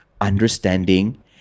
understanding